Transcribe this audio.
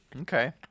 Okay